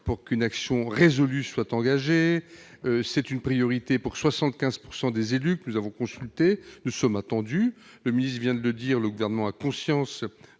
pour qu'une action résolue soit engagée. C'est une priorité pour 75 % des élus que nous avons consultés. Nous sommes donc attendus. Comme le ministre vient de l'indiquer, le Gouvernement a conscience